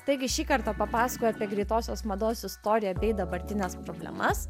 taigi šį kartą papasakojau apie greitosios mados istoriją bei dabartines problemas